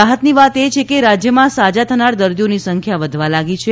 રાહતની વાત એ છે કે રાજ્યમાં સાજા થનાર દર્દીઓની સંખ્યા વધવા લાગી છે